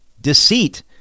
Deceit